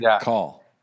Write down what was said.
call